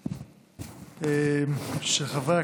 פ/32/23,